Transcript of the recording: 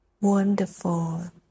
wonderful